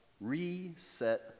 reset